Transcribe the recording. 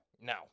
No